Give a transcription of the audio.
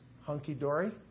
hunky-dory